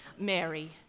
Mary